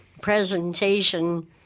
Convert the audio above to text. presentation